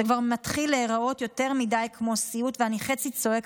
זה כבר מתחיל להיראות יותר מדי כמו סיוט ואני חצי צועק,